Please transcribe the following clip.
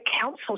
council